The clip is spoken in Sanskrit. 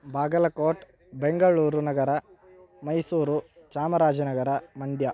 बागलकोट् बेङ्गळूरुनगरं मैसूरु चामराजनगरं मण्ड्य